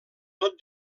tot